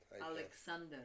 alexander